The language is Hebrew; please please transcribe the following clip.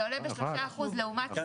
הממוצע עולה ב-3% לעומת שנת